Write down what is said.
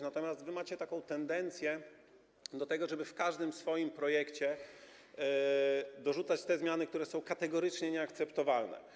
Natomiast wy macie taką tendencję do tego, żeby w każdym swoim projekcie dorzucić zmiany, które są kategorycznie nieakceptowalne.